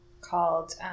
called